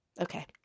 okay